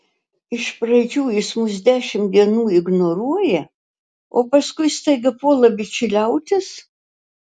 iš pradžių jis mus dešimt dienų ignoruoja o paskui staiga puola bičiuliautis